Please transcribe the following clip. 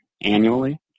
annually